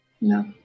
No